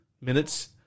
minutes